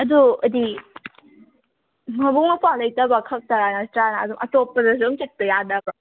ꯑꯗꯨ ꯍꯥꯏꯗꯤ ꯃꯕꯨꯡ ꯃꯧꯄꯥ ꯂꯩꯇꯕ ꯈꯛꯇꯔꯥ ꯅꯠꯇ꯭ꯔꯒꯅ ꯑꯗꯨꯝ ꯑꯇꯣꯞꯄꯅꯁꯨ ꯑꯗꯨꯝ ꯆꯠꯄ ꯌꯥꯗꯕ꯭ꯔꯣ